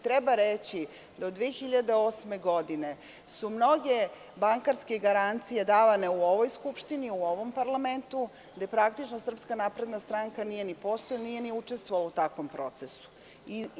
Treba reći da od 2008. godine su mnoge bankarske garancije davane u ovoj skupštini, u ovom parlamentu, gde praktično SNS nije ni postojala, nije ni učestvovala u takvom procesu.